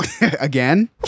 again